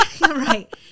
right